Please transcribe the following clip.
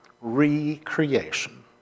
Recreation